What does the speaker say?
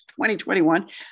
2021